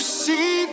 see